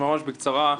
ממש בקצרה,